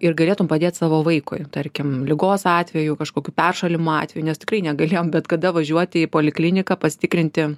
ir galėtum padėt savo vaikui tarkim ligos atveju kažkokiu peršalimo atveju nes tikrai negalėjom bet kada važiuoti į polikliniką pasitikrinti